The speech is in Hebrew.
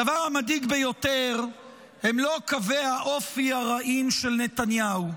הדבר המדאיג ביותר הוא לא קווי האופי הרעים של נתניהו,